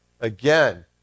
Again